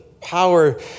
power